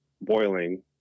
boiling